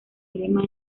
lema